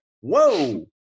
whoa